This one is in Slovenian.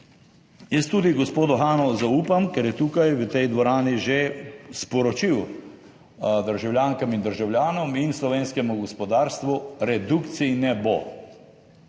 Jaz gospodu Hanu zaupam, ker je tukaj v tej dvorani že sporočil državljankam in državljanom in slovenskemu gospodarstvu, redukcij ne bo.